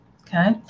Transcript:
okay